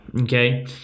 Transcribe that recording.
Okay